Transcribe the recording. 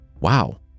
Wow